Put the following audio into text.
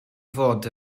fod